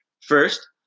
First